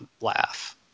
laugh